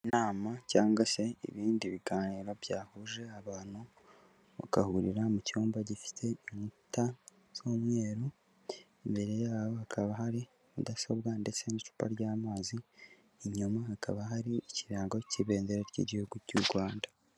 Inama cyangwa se ibindi biganiro byahuje abantu, bagahurira mu cyumba gifite inkuta z'umweru, imbere yabo hakaba hari mudasobwa ndetse n'icupa ry'amazi, inyuma hakaba hari ikirango cy'ibendera ry'igihugu cy'u Rwanda.